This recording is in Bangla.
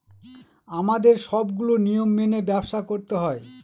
আমাদের সবগুলো নিয়ম মেনে ব্যবসা করতে হয়